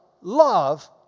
love